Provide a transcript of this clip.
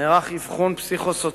נערך אבחון פסיכו-סוציאלי